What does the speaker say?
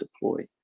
deploy